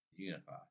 unify